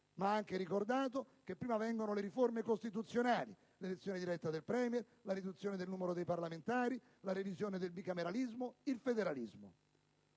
Ma ha anche ricordato che prima vengono le riforme costituzionali: l'elezione diretta del Premier, la riduzione del numero dei parlamentari, la revisione del bicameralismo e il federalismo.